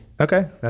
Okay